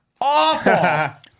awful